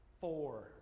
Four